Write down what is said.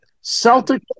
Celtic